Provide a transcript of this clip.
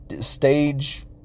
stage